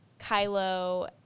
Kylo